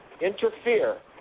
interfere